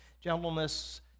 gentleness